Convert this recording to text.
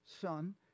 Son